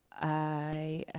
i